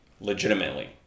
legitimately